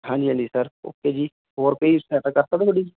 ਹਾਂਜੀ ਹਾਂਜੀ sir okay ਜੀ ਹੋਰ ਕੋਈ ਸਹਾਇਤਾ ਕਰ ਸਕਦਾ ਥੋਡੀ ਜੀ